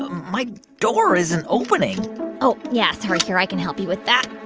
my door isn't opening oh, yeah, sorry. here, i can help you with that.